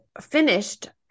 finished